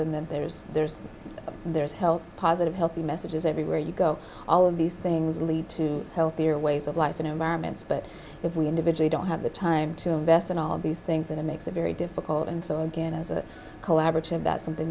and then there's there's there's health positive healthy messages everywhere you go all of these things lead to healthier ways of life in americans but if we individually don't have the time to invest in all these things and it makes it very difficult and so again as a collaborative that's something